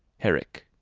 herrick.